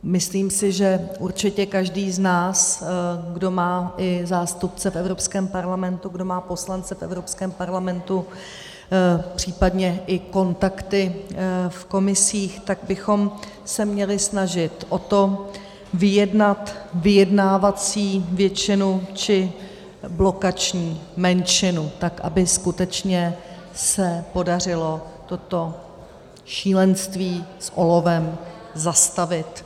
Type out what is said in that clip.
Myslím si, že určitě každý z nás, kdo má i zástupce v Evropském parlamentu, kdo má poslance v Evropském parlamentu, případně i kontakty v komisích, bychom se měli snažit o to vyjednat vyjednávací většinu či blokační menšinu, tak aby skutečně se podařilo toto šílenství s olovem zastavit.